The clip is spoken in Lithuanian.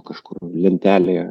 kažkur lentelėje